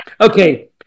Okay